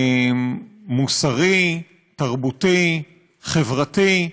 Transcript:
מוסרי, תרבותי, חברתי.